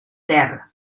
ter